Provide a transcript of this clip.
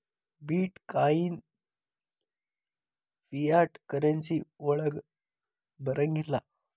ಬಿಟ್ coin fiat currency ವಳಗ್ ಬರಂಗಿಲ್ಲಾ